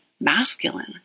masculine